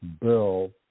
bill